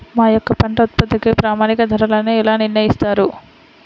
మా యొక్క పంట ఉత్పత్తికి ప్రామాణిక ధరలను ఎలా నిర్ణయిస్తారు?